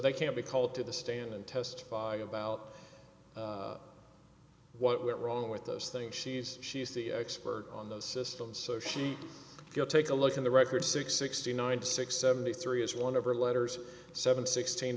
they can't be called to the stand and testify about what went wrong with those things she's she's the expert on the system so she go take a look in the record six sixty nine six seventy three is one of her letters seven sixteen